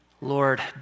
Lord